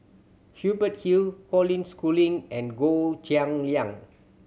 Hubert Hill Colin Schooling and Goh Cheng Liang